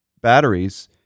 batteries